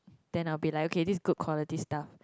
then I'll be like okay this is good quality stuff